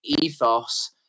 ethos